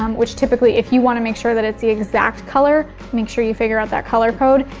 um which typically, if you wanna make sure that it's the exact color make sure you figure out that color code.